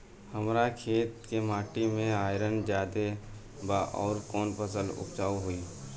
हमरा खेत के माटी मे आयरन जादे बा आउर कौन फसल उपजाऊ होइ?